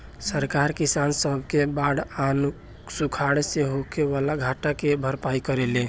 सरकार किसान सब के बाढ़ आ सुखाड़ से होखे वाला घाटा के भरपाई करेले